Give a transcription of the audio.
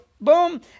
boom